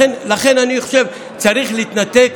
לכן אני חושב שצריך להתנתק,